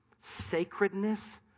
sacredness